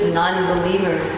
non-believer